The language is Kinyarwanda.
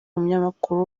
umunyamakuru